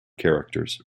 characters